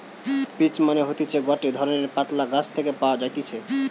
peach মানে হতিছে গটে ধরণের পাতলা গাছ থেকে পাওয়া যাইতেছে